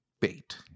bait